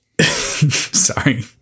Sorry